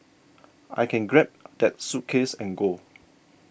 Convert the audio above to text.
I can grab that suitcase and go